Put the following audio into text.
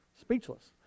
speechless